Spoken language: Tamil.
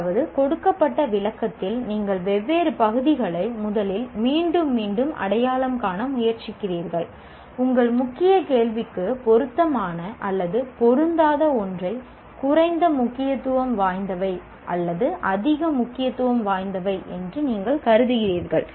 அதாவது கொடுக்கப்பட்ட விளக்கத்தில் நீங்கள் வெவ்வேறு பகுதிகளை முதலில் மீண்டும் மீண்டும் அடையாளம் காண முயற்சிக்கிறீர்கள் உங்கள் முக்கிய கேள்விக்கு பொருத்தமான அல்லது பொருந்தாத ஒன்றை குறைந்த முக்கியத்துவம் வாய்ந்தவை அல்லது அதிக முக்கியத்துவம் வாய்ந்தவை என்று நீங்கள் கருதுகிறீர்கள்